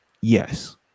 yes